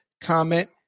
comment